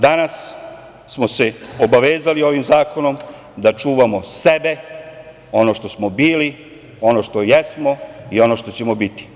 Danas smo se obavezali ovim zakonom da čuvamo sebe, ono što smo bili, ono što jesmo i ono što ćemo biti.